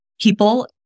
People